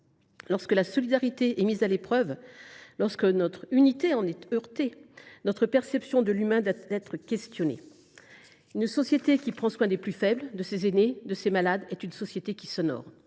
lorsque la solidarité est mise à l’épreuve, lorsque notre unité en est heurtée, notre perception de l’humain doit être questionnée. Une société qui prend soin des plus faibles, de ses aînés et de ses malades est une société qui s’honore.